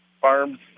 farms